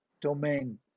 domain